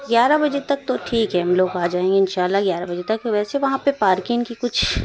گیارہ بجے تک تو ٹھیک ہے ہم لوگ آ جائیں گے اِنشاء اللہ گیارہ بجے تک ویسے وہاں پہ پارکنگ کی کچھ